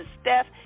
Steph